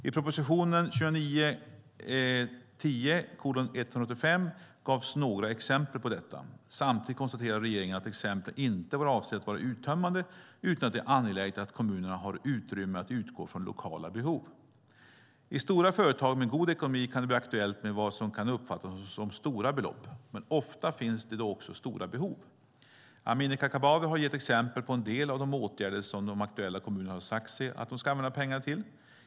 I proposition 2009/10:185 gavs några exempel på detta. Samtidigt konstaterade regeringen att exemplen inte var avsedda att vara uttömmande utan att det är angeläget att kommunerna har utrymme att utgå från lokala behov. I stora företag med god ekonomi kan det bli aktuellt med vad som kan uppfattas som stora belopp, men ofta finns det då också stora behov. Amineh Kakabaveh har gett exempel på en del av de åtgärder som de aktuella kommunerna har sagt sig att de ska använda pengarna till.